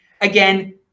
Again